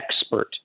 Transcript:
expert